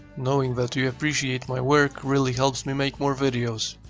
knowing that you appreciate my work really helps me make more videos.